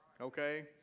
Okay